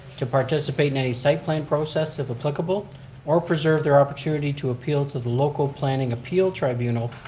to participate in any cycling process if applicable or preserve their opportunity to appeal to the local planning appeal tribunal,